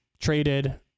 traded